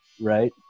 Right